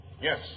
Yes